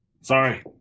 Sorry